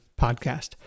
podcast